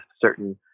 certain